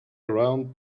around